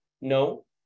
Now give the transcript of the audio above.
no